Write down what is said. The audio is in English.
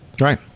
Right